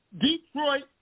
Detroit